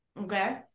okay